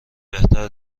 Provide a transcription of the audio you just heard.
بهتر